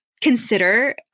consider